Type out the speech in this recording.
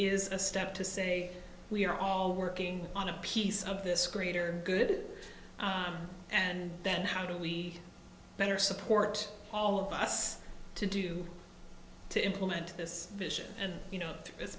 is a step to say we are all working on a piece of this greater good and then how do we better support all of us to do to implement this vision and you know it's